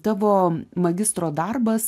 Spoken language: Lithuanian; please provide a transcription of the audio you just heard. tavo magistro darbas